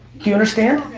you understand?